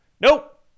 Nope